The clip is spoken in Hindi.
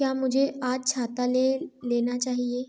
क्या मुझे आज छाता ले लेना चाहिए